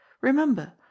Remember